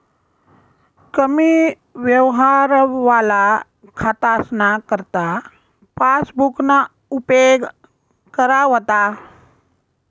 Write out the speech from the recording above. कमी यवहारवाला खातासना करता पासबुकना उपेग करा व्हता